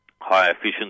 high-efficiency